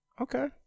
Okay